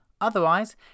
Otherwise